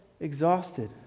exhausted